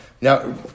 Now